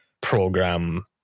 program